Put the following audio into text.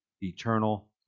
eternal